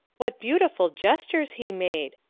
what beautiful gestures he made!